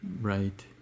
Right